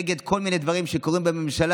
נגד כל מיני דברים שקורים בממשלה.